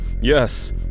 Yes